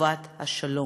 לטובת השלום.